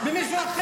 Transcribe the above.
במנסור עבאס,